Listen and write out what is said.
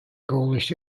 gaulish